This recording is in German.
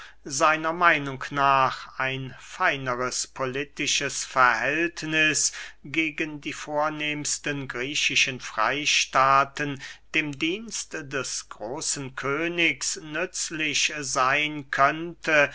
seiner meinung nach ein feineres politisches verhältniß gegen die vornehmsten griechischen freystaaten dem dienst des großen königs nützlich seyn könnte